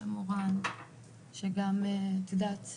מורן שגם את יודעת,